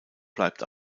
bleibt